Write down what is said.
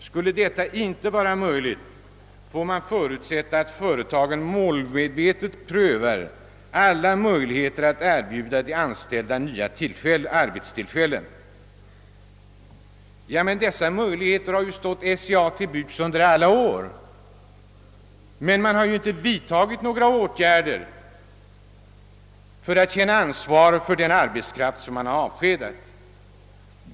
Skulle detta inte vara möjligt, får man förutsätta att företagen målmedvetet prövar alla möjligheter att erbjuda de anställda nya arbetstillfällen.» Dessa möjligheter har SCA haft i alla år, men man har inte vidtagit några åtgärder som visar att man känner ansvar för den arbetskraft man avskedar.